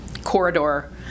corridor